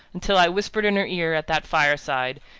until i whispered in her ear at that fireside,